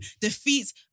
Defeats